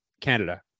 Canada